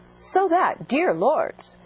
so that, dear lords,